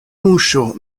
muŝo